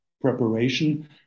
preparation